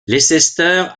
leicester